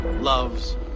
loves